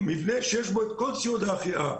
מבנה שיש בו את כל שירותיה החייאה.